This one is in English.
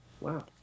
Wow